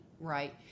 Right